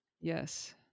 Yes